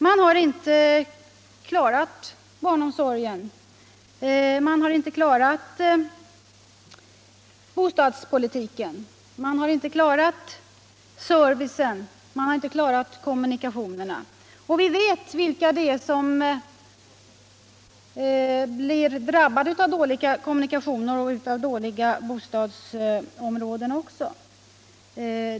Man har inte klarat barnomsorgen, man har inte klarat bostadsfrågan, man har inte klarat servicen, man har inte klarat kommunikationerna. Vi vet vilka det är som drabbas av dåliga kommunikationer och dåliga bostadsområden.